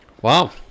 Wow